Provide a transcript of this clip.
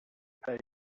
pay